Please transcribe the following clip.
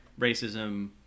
racism